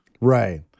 Right